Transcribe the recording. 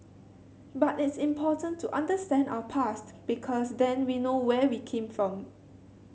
but it's important to understand our past because then we know where we came from